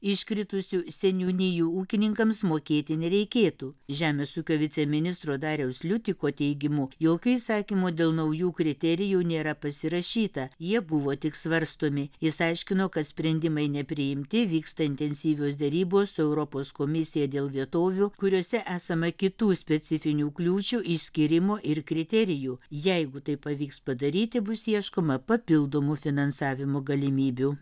iškritusių seniūnijų ūkininkams mokėti nereikėtų žemės ūkio viceministro dariaus liutiko teigimu jokio įsakymo dėl naujų kriterijų nėra pasirašyta jie buvo tik svarstomi jis aiškino kad sprendimai nepriimti vyksta intensyvios derybos su europos komisija dėl vietovių kuriose esama kitų specifinių kliūčių išskyrimo ir kriterijų jeigu tai pavyks padaryti bus ieškoma papildomų finansavimo galimybių